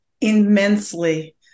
Immensely